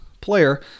player